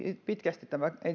pitkästi